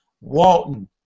Walton